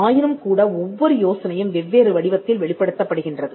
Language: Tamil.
ஆயினும் கூட ஒவ்வொரு யோசனையும் வெவ்வேறு வடிவத்தில் வெளிப்படுத்தப்படுகின்றது